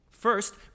First